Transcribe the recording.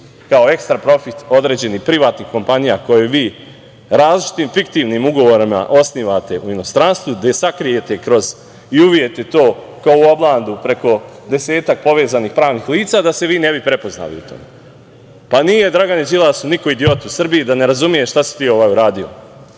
kao ekstra profit određenih privatnih kompanija koje vi različitim fiktivnim ugovorima osnivate u inostranstvu, a gde sakrijete i uvijete to, kao u oblandu, preko desetak povezanih pravnih lica da se vi ne bi prepoznali. Nije, Dragane Đilasu, niko idiot u Srbiji da ne razume šta si ti uradio